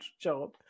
job